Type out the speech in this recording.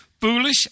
foolish